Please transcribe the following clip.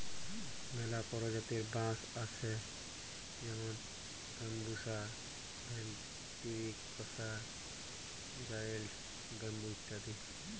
ম্যালা পরজাতির বাঁশ আছে যেমল ব্যাম্বুসা ভেলটিরিকসা, জায়েল্ট ব্যাম্বু ইত্যাদি